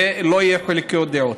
ולא יהיו חילוקי דעות.